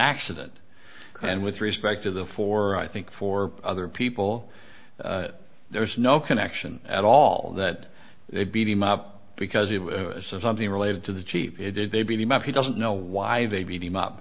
accident and with respect to the fore i think for other people there is no connection at all that they beat him up because it was something related to the cheap did they beat him up he doesn't know why they beat him up